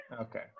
Okay